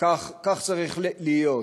כך צריך להיות.